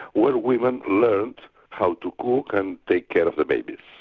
where women learnt how to cook and take care of the babies.